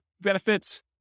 benefits